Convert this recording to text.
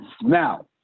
now